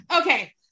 Okay